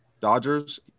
Dodgers